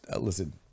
Listen